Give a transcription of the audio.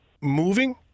moving